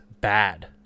bad